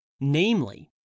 Namely